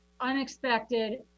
unexpected